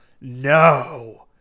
No